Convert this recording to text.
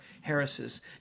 Harris's